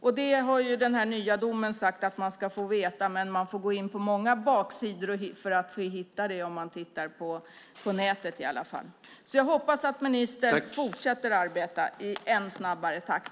I den nya domen framgår det att man ska få veta detta, men man får gå in på många baksidor för att hitta detta på nätet. Jag hoppas att ministern fortsätter att arbeta i än snabbare takt.